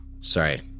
Sorry